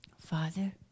Father